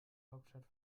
hauptstadt